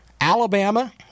Alabama